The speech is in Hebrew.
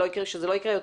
שזה לא יקרה יותר?